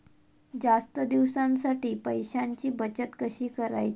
जास्त दिवसांसाठी पैशांची बचत कशी करायची?